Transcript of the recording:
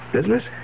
Business